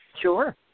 sure